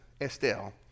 Estelle